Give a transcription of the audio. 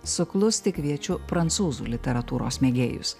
suklusti kviečiu prancūzų literatūros mėgėjus